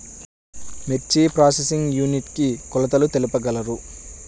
మిర్చి processing unit కి కొలతలు తెలుపగలరు?